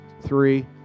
Three